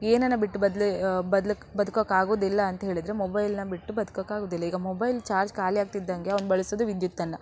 ಏನನ್ನ ಬಿಟ್ಟು ಬದ್ಲ ಬದ್ಲ ಬದುಕೋಕ್ಕಾಗೋದಿಲ್ಲ ಅಂತ್ಹೇಳಿದ್ರೆ ಮೊಬೈಲನ್ನ ಬಿಟ್ಟು ಬದುಕೋಕಾಗೋದಿಲ್ಲ ಈಗ ಮೊಬೈಲ್ ಚಾರ್ಜ್ ಖಾಲಿಯಾಗ್ತಿದ್ದಾಗೆ ಅವ್ನ ಬಳಸೋದು ವಿದ್ಯುತ್ತನ್ನು